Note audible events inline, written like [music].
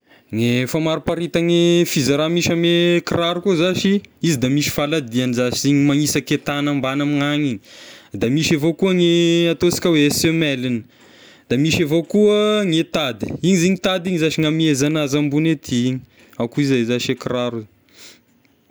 Ny famariparitany ny firaza misy ame kiraro koa zashy, izy da misy faladihany zashy igny manisaky e tagny ambany ame ny agny igny, da misy avao koa ny ataonsika hoe semeligny, da misy avao koa gne tady, izy igny tady igny zashy no hamehezana azy ambony ety igny, ao koa zay zashy e kiraro. [noise]